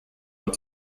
not